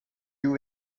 you